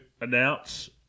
announce